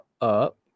up